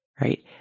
right